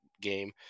game